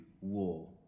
war